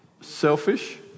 Selfish